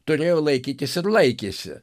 turėjo laikytis ir laikėsi